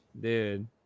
Dude